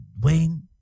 Wayne